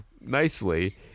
Nicely